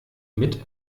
mit